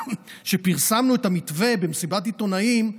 כשפרסמנו את המתווה במסיבת עיתונאים,